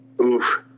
Oof